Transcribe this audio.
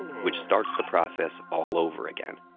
which starts the process all over again.